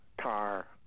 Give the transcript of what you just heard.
Tar